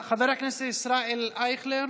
נמצא, חבר הכנסת ישראל אייכלר,